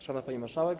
Szanowna Pani Marszałek!